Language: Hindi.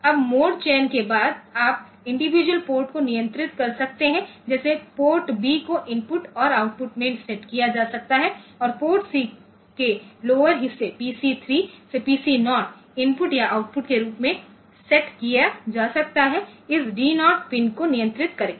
अब मोड चयन के बादआप इंडिविजुअल पोर्ट को नियंत्रित कर सकते हैं जैसे पोर्ट बी को इनपुट या आउटपुट में सेट किया जा सकता है और पोर्ट सी के लोअर हिस्से पीसी 3 से पीसी 0 इनपुट या आउटपुट के रूप में सेट किया जा सकता है इस डी 0 पिन को नियंत्रित करके